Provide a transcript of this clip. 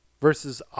Versus